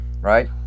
right